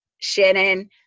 Shannon